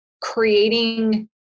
Creating